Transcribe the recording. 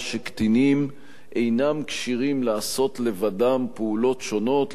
שקטינים אינם כשירים לעשות לבדם פעולות שונות,